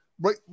Right